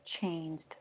changed